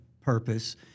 purpose